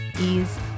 ease